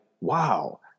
wow